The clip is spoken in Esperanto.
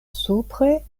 supre